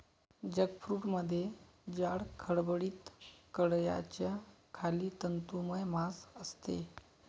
जॅकफ्रूटमध्ये जाड, खडबडीत कड्याच्या खाली तंतुमय मांस असते